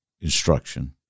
instruction